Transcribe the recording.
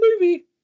movie